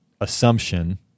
assumption